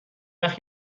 وخت